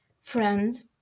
friends